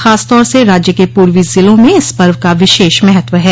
खासतौर से राज्य के पूर्वी जिलों में इस पर्व का विशेष महत्व है